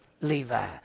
Levi